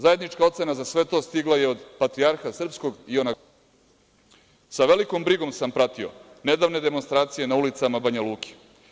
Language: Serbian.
Zajednička ocena za sve to stigla je od patrijarha srpskog i ona glasi: „Sa velikom brigom sam pratio nedavne demonstracije na ulicama Banjaluke.